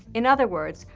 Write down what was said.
in other words,